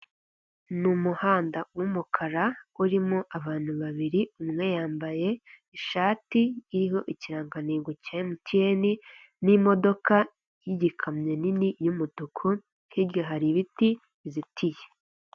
Ni umuhanda w'umukara urimo abantu babiri umwe yambaye ishati iriho ikirangantego cya emutiyeni n'imodoka y'igikamyo nini y'umutuku hirya hari ibiti bizitiye.